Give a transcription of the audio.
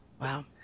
Wow